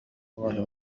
الله